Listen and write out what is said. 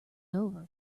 over